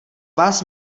vás